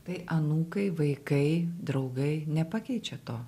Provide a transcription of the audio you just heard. tai anūkai vaikai draugai nepakeičia to